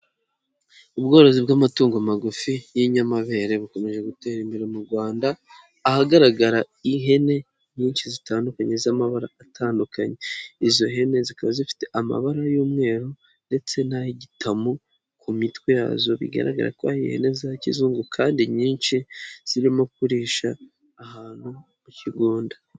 Ubworozi bw'amatungo magufi y'inyamabere, bukomeje gutera imbere mu Rwanda, ahagaragara ihene nyinshi zitandukanye z'amabara atandukanye. Izo hene zikaba zifite amabara y'umweru ndetse n'ay'igitamu, ku mitwe yazo bigaragara ko ihene za kizungu kandi nyinshi, zirimo kurisha ahantu mu kigunda.